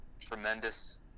tremendous